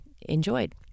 enjoyed